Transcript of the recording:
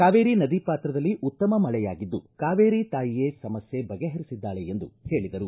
ಕಾವೇರಿ ನದಿ ಪಾತ್ರದಲ್ಲಿ ಉತ್ತಮ ಮಳೆಯಾಗಿದ್ದು ಕಾವೇರಿ ತಾಯಿಯೇ ಸಮಸ್ಯೆ ಬಗೆಹರಿಸಿದ್ದಾಳೆ ಎಂದು ಹೇಳಿದರು